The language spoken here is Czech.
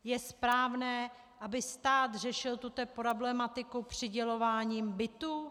Je správné, aby stát řešil tuto problematiku přidělováním bytů?